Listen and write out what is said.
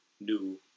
new